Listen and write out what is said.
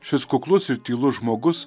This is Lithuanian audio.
šis kuklus ir tylus žmogus